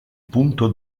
punto